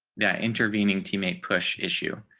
the intervening teammate push issue,